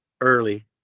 early